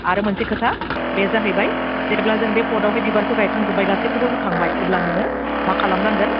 आरो मोनसे खोथा बे जाहैबाय जेब्ला जों बे पटआवहाय बिबारखौ गायखांजोबबाय गासैखौबो होखांबाय अब्ला नोङो मा खालामनांगोन